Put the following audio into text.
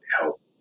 help